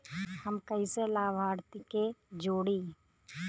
हम कइसे लाभार्थी के जोड़ी?